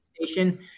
station